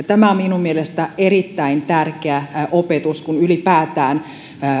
tämä on minun mielestäni erittäin tärkeä opetus kun ylipäätään